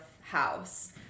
house